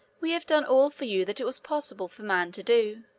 we have done all for you that it was possible for man to do.